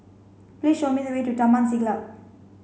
please show me the way to Taman Siglap